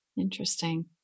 Interesting